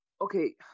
okay